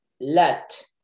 let